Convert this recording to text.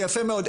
זה יפה מאוד,